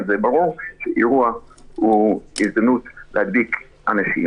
אבל ברור שאירוע הוא הזדמנות להדביק אנשים,